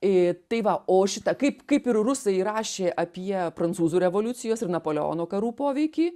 i tai va o šitą kaip kaip ir rusai rašė apie prancūzų revoliucijos ir napoleono karų poveikį